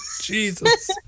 Jesus